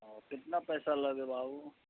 کتنا پیسہ لوگے بابو